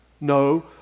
No